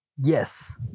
Yes